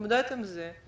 להתמודד עם זה.